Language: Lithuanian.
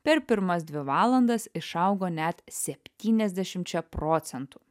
per pirmas dvi valandas išaugo net septyniasdešimčia procentų